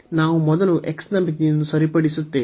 ನಾವು ಮೊದಲು x ನ ಮಿತಿಯನ್ನು ಸರಿಪಡಿಸುತ್ತೇವೆ